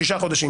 שישה חודשים,